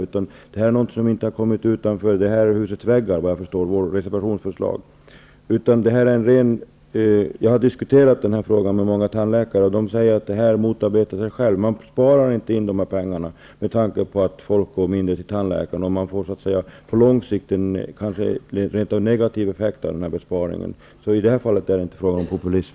Vårt reservationsförslag har såvitt jag förstår inte nått utanför det här husets väggar. Jag har diskuterat denna fråga med många tandläkare, och de säger att en sådan sänkning motarbetar sig själv. Man sparar inte in några pengar, eftersom folk går mindre till tandläkaren. På lång sikt får man kanske rent av en negativ effekt av denna besparing. I detta fall är det alltså inte fråga om någon populism.